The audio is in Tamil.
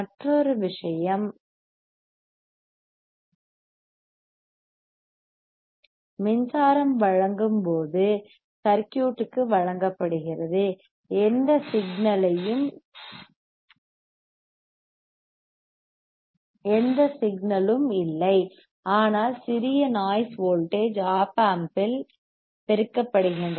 மற்றொரு விஷயம் மின்சாரம் வழங்கும்போது சர்க்யூட்க்கு வழங்கப்படுகிறது எந்த சிக்னல்யும் இல்லை ஆனால் சிறிய நாய்ஸ் வோல்டேஜ் Op amp ஆல் பெருக்கப்படுகின்றன